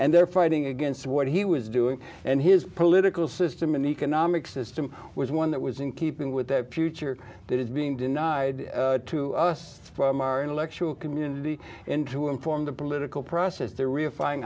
and they're fighting against what he was doing and his political system and economic system was one that was in keeping with the future that is being denied to us from our intellectual community and to inform the political process there reifyin